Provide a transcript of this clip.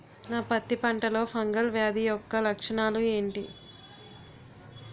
నా పత్తి పంటలో ఫంగల్ వ్యాధి యెక్క లక్షణాలు ఏంటి?